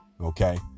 okay